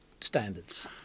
standards